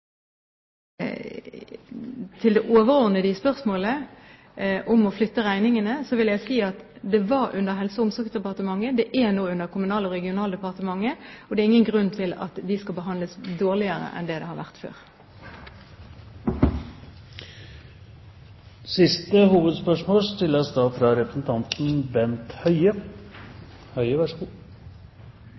Til det overordnede i spørsmålet, om å flytte regningene, vil jeg si: Ordningen lå under Helse- og omsorgsdepartementet. Dette ligger nå under Kommunal- og regionaldepartementet, og det er ingen grunn til at brukerne skal få en dårligere behandling enn før. Vi går til siste hovedspørsmål.